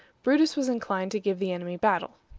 brutus was inclined to give the enemy battle.